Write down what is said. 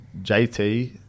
JT